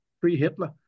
pre-Hitler